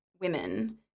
women